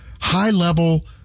high-level